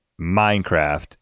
minecraft